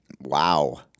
Wow